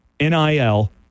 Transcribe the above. NIL